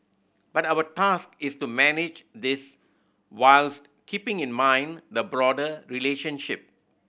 but our task is to manage this whilst keeping in mind the broader relationship